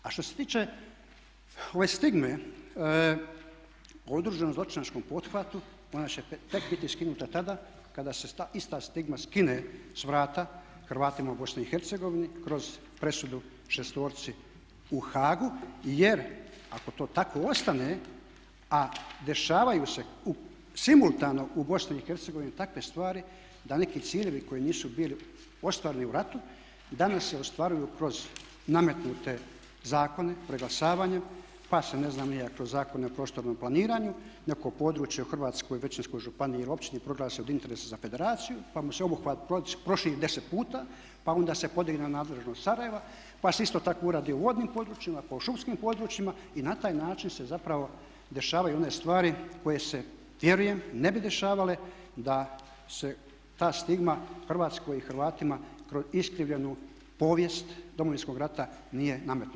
A što se tiče ove stigme o udruženom zločinačkom pothvatu ona će tek biti skinuta tada kada se ta ista stigma skine s vrata Hrvatima u Bosni i Hercegovini kroz presudu šestorci u Haagu jer ako to tako ostane, a dešavaju se simultano u Bosni i Hercegovini takve stvari da neki ciljevi koji nisu bili ostvareni u ratu danas se ostvaruju kroz nametnute zakone preglasavanjem pa se ne znam ni ja kroz Zakone o prostornom planiranju neko područje u Hrvatskoj većinskoj županiji ili općini proglasi od interesa za federaciju pa mu se obuhvat proširi deset puta, pa onda se podigne na nadležnost Sarajeva, pa se isto tako uradi u vodnim područjima, pa u šumskim područjima i na taj način se zapravo dešavaju one stvari koje se vjerujem ne bi dešavale da se ta stigma Hrvatskoj i Hrvatima kroz iskrivljenu povijest Domovinskog rata nije nametnula.